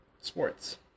sports